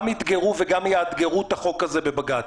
אתגרו וגם יאתגרו את החוק הזה בבג"ץ,